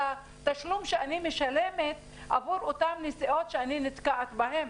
התשלום שאני משלמת עבור אותן נסיעות שאני נתקעת בהן,